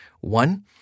One